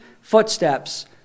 footsteps